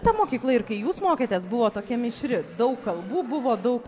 ta mokykla ir kai jūs mokėtės buvo tokia mišri daug kalbų buvo daug